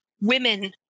women